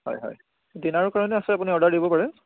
হয় হয় ডিনাৰ কাৰণে আছে আপুনি অৰ্ডাৰ দিব পাৰে